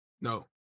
No